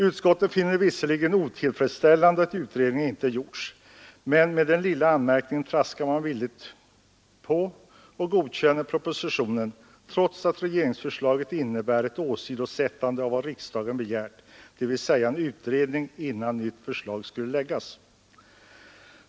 Utskottet finner det visserligen otillfredsställande att någon utredning inte gjorts men med den lilla anmärkningen traskar man villigt på och godkänner propositionen, trots att regeringsförslaget innebär ett åsidosättande av vad riksdagen begärt, dvs. en utredning innan nytt förslag skulle läggas.